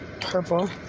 purple